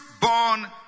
born